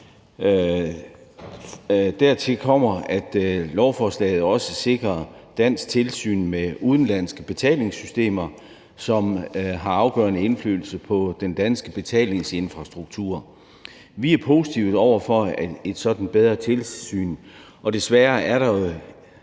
Dertil kommer, at lovforslaget også sikrer et dansk tilsyn med udenlandske betalingssystemer, som har afgørende indflydelse på den danske betalingsinfrastruktur. Vi er positive over for et sådant bedre tilsyn, for desværre er der jo